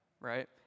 right